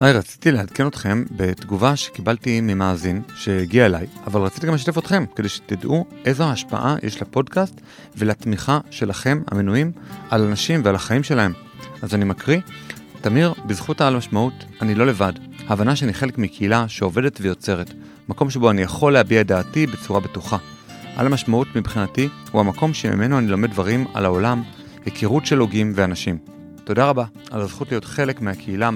היי, רציתי לעדכן אתכם, בתגובה שקיבלתי ממאזין, שהגיעה אליי, אבל רציתי גם לשתף אתכם, כדי שתדעו איזו ההשפעה יש לפודקאסט ולתמיכה שלכם המנויים על אנשים ועל החיים שלהם. אז אני מקריא, תמיר, בזכות העל משמעות אני לא לבד. ההבנה שאני חלק מקהילה שעובדת ויוצרת, מקום שבו אני יכול להביע את דעתי בצורה בטוחה. העל המשמעות מבחינתי הוא המקום שממנו אני לומד דברים על העולם, הכירות של הוגים ואנשים. תודה רבה על הזכות להיות חלק מהקהילה